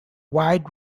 wide